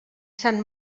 sant